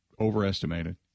overestimated